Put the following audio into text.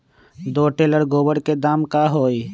दो टेलर गोबर के दाम का होई?